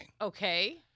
Okay